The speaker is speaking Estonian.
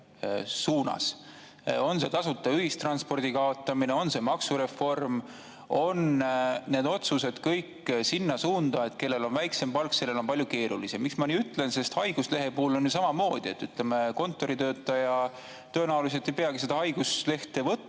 suunas. On see tasuta ühistranspordi kaotamine või on see maksureform, kõik need otsused on sinna suunda, et kellel on väiksem palk, sellel on palju keerulisem. Miks ma nii ütlen? Haiguslehe puhul on ju samamoodi. Kontoritöötaja tõenäoliselt ei peagi haiguslehte võtma,